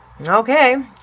Okay